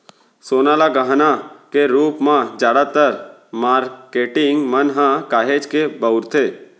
सोना ल गहना के रूप म जादातर मारकेटिंग मन ह काहेच के बउरथे